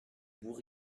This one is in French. bouts